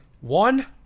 One